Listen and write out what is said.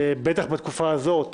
בטח בתקופה הזאת